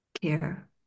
care